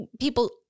People